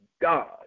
God